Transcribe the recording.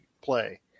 play